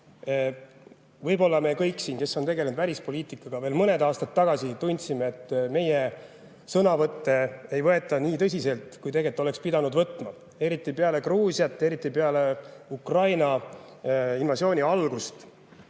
Võib-olla meie siin – kõik, kes on tegelenud välispoliitikaga – veel mõned aastad tagasi tundsime, et meie sõnavõtte ei võeta nii tõsiselt, kui tegelikult oleks pidanud võtma, eriti peale Gruusiat, eriti peale Ukraina invasiooni algust.